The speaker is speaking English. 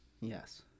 Yes